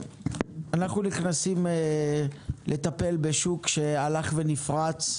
אנחנו נכנסים לטפל בשוק שהלך ונפרץ,